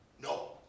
No